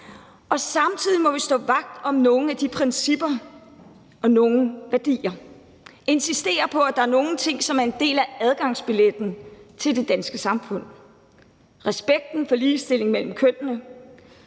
Samtidig må vi stå vagt om nogle principper og værdier og insistere på, at der er nogle ting, som er en del af adgangsbilletten til det danske samfund: respekten for ligestilling mellem kønnene;